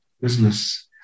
business